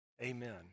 amen